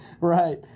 Right